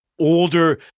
older